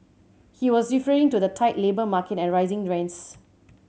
he was referring to the tight labour market and rising rents